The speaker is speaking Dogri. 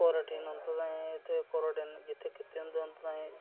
क्वारंटाइन उं'दे ताईं इत्थे क्वारंटाइन जित्थे कीते दे होंदे उंदे ताईं